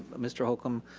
mr. holcomb,